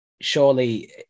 surely